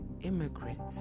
immigrants